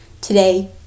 Today